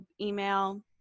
email